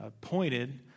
pointed